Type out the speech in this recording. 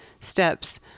steps